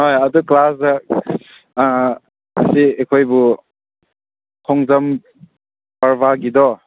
ꯍꯣꯏ ꯑꯗꯨ ꯀ꯭ꯂꯥꯁꯇ ꯉꯁꯤ ꯑꯩꯈꯣꯏꯕꯨ ꯈꯣꯡꯖꯣꯝ ꯄ꯭ꯔꯕꯒꯤꯗꯣ